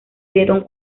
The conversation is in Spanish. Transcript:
dieron